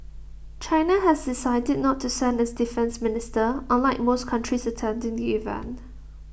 China has decided not to send its defence minister unlike most countries attending the event